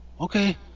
Okay